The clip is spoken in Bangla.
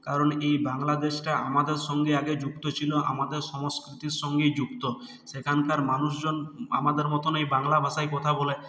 কারণ এই বাংলাদেশটা আমাদের সঙ্গে আগে যুক্ত ছিল আমাদের সংস্কৃতির সঙ্গেই যুক্ত সেখানকার মানুষজন আমাদের মতনই বাংলা ভাষায় কথা বলে